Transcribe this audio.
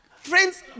Friends